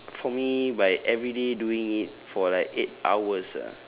for me by every day doing it for like eight hours ah